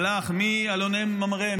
הלך מאלון מורה,